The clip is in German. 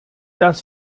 das